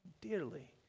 dearly